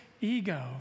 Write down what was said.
ego